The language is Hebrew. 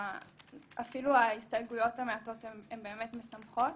אפילו ההסתייגויות המעטות האלה הן באמת משמחות.